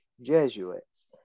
Jesuits